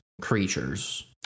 creatures